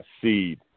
seed